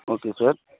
okay sir